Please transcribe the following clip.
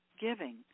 giving